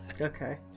Okay